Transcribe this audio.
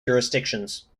jurisdictions